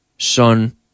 Son